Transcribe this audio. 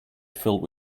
filled